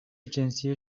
جنسی